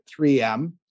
3M